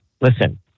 listen